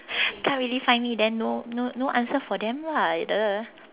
can't really find me then no no no answer for them lah !duh!